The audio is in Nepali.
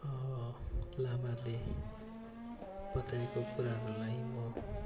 लामाले बताएको कुराहरूलाई म